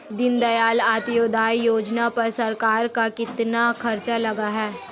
दीनदयाल अंत्योदय योजना पर सरकार का कितना खर्चा लगा है?